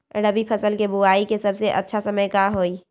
रबी फसल के बुआई के सबसे अच्छा समय का हई?